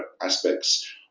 aspects